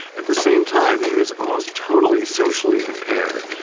at the same time he was almost totally socially impaired.